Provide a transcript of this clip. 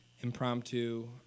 impromptu